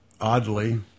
oddly